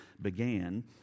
began